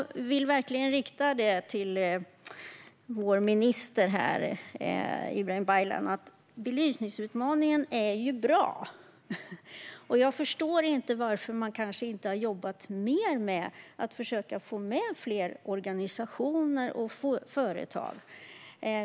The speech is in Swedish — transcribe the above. Därför vill jag rikta mig till statsrådet Ibrahim Baylan och säga att belysningsutmaningen är bra, men jag förstår inte varför man inte har jobbat mer med att försöka få med fler organisationer och företag.